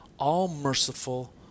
all-merciful